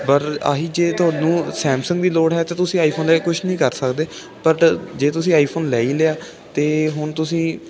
ਪਰ ਇਹ ਹੀ ਜੇ ਤੁਹਾਨੂੰ ਸੈਮਸੰਗ ਦੀ ਲੋੜ ਹੈ ਤਾਂ ਤੁਸੀਂ ਆਈਫੋਨ ਲੈ ਕੇ ਕੁਛ ਨਹੀਂ ਕਰ ਸਕਦੇ ਬਟ ਜੇ ਤੁਸੀਂ ਆਈਫੋਨ ਲੈ ਹੀ ਲਿਆ ਤਾਂ ਹੁਣ ਤੁਸੀਂ